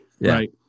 Right